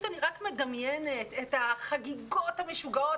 רק מדמיינת את החגיגות המשוגעות,